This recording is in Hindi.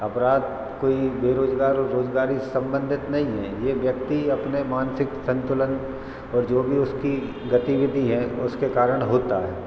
अपराध कोई बेरोज़गार और रोज़गारी संबंधित नहीं है यह व्यक्ति अपने मानसिक संतुलन और जो भी उसकी गतिविधि हैं उसके कारण होता है